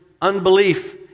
unbelief